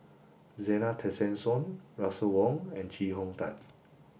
Zena Tessensohn Russel Wong and Chee Hong Tat